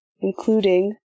including